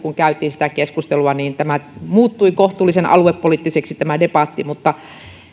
käytiin sitä keskustelua debatti muuttui kohtuullisen aluepoliittiseksi mutta